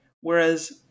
whereas